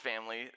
family